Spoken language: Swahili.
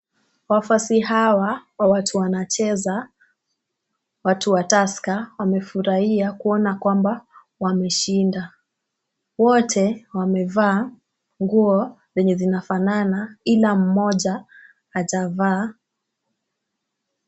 Wafuasi hawa wa watu wanacheza, watu wa Tusker, wamefurahia kuona kwamba wameshinda. Wote wamevaa nguo zenye zinafanana ila mmoja hajavaa.